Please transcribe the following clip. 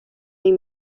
این